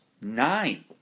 Nine